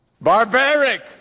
Barbaric